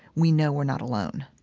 we know we're not alone.